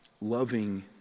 loving